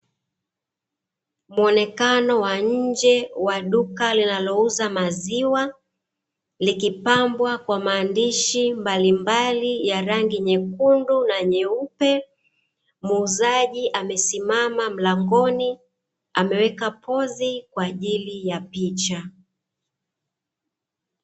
Muonekano wa nje wa duka linalouza maziwa, likipambwa kwa maandishi mabalimbali ya rangi nyekundu na nyeupe. Muuzaji amesimama mlangoni, ameweka pozi kwa ajili ya picha.